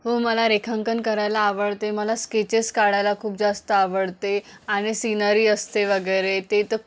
हो मला रेखांंकन करायला आवडते मला स्केचेस काढायला खूप जास्त आवडते आणि सीनरी असते वगैरे ते तर